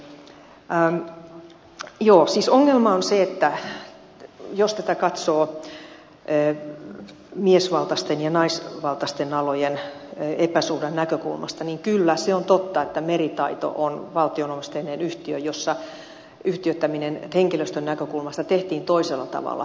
joo siis ongelma on se että jos tätä katsoo miesvaltaisten ja naisvaltaisten alojen epäsuhdan näkökulmasta niin kyllä se on totta että meritaito on valtion omisteinen yhtiö jossa yhtiöittäminen henkilöstön näkökulmasta tehtiin toisella tavalla